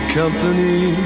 company